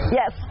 yes